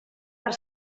per